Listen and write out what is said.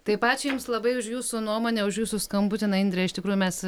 taip ačiū jums labai už jūsų nuomonę už jūsų skambutį na indre iš tikrųjų mes